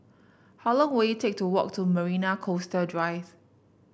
how long will it take to walk to Marina Coastal Drive